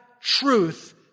truth